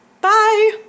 bye